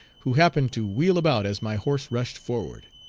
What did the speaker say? who happened to wheel about as my horse rushed forward.